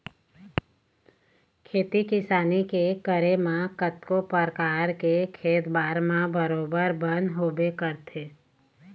खेती किसानी के करे म कतको परकार के खेत खार म बरोबर बन होबे करथे